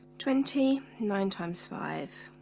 twenty nine times five